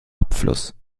abfluss